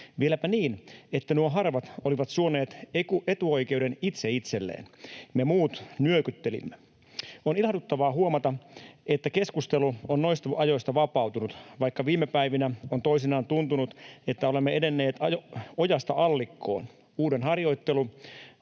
vieläpä niin, että nuo harvat olivat suoneet etuoikeuden itse itselleen. Me muut nyökyttelimme. On ilahduttavaa huomata, että keskustelu on noista ajoista vapautunut, vaikka viime päivinä on toisinaan tuntunut, että olemme edenneet ojasta allikkoon — uuden harjoittelu